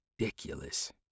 ridiculous